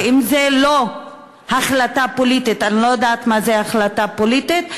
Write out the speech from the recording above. ואם זה לא החלטה פוליטית אני לא יודעת מה זאת החלטה פוליטית.